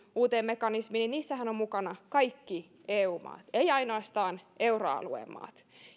uuteen mekanismiin niin niissähän ovat mukana kaikki eu maat eivät ainoastaan euroalueen maat